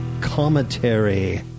Commentary